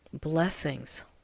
Blessings